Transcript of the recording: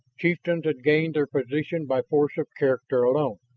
chieftains had gained their position by force of character alone,